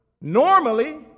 Normally